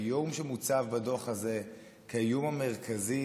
האיום שמוצב בדוח הזה כאיום המרכזי,